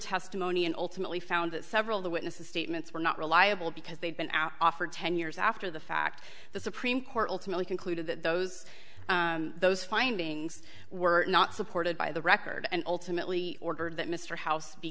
testimony and ultimately found that several of the witnesses statements were not reliable because they've been out off for ten years after the fact the supreme court ultimately concluded that those those findings were not supported by the record and ultimately ordered that mr house be